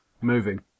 Moving